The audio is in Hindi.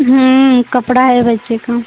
कपड़ा है बच्चे का